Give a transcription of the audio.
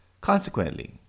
Consequently